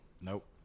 Nope